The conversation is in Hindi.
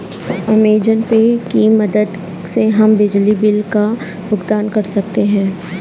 अमेज़न पे की मदद से हम बिजली बिल का भुगतान कर सकते हैं